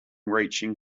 reaching